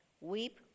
Weep